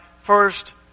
first